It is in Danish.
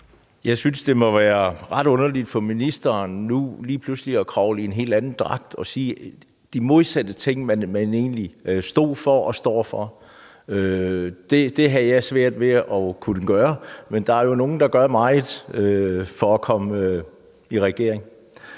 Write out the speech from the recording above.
Jeg synes, at det må være ret underligt for ministeren nu lige pludselig at kravle i en helt anden dragt og sige de modsatte ting af det, man egentlig stod for og står for. Det havde jeg svært ved at kunne gøre, men der er jo nogle, der gør meget for at komme i regering.